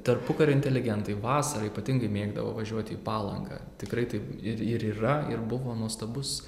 tarpukario inteligentai vasarą ypatingai mėgdavo važiuoti į palangą tikrai taip ir yra ir buvo nuostabus